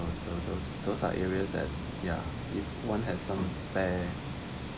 also those those are area that ya if one have some spare